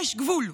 יש גבול.